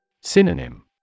synonym